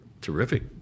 terrific